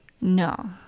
No